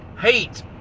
hate